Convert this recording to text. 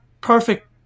perfect